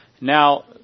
Now